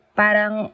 parang